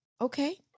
Okay